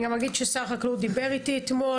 אני גם אגיד ששר החקלאות דיבר איתי אתמול.